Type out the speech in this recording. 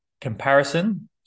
comparison